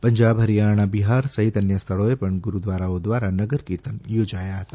પંજાબ હરિયાણા બિહાર સહિત અન્ય સ્થળોએ પણ ગુરૂદ્વારાઓ દ્વારા નગરકીર્તન યોજાયા હતા